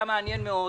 היה מעניין מאוד.